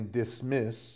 dismiss